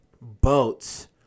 boats